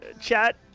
chat